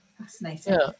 fascinating